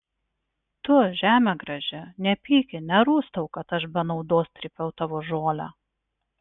tu žeme graži nepyki nerūstauk kad aš be naudos trypiau tavo žolę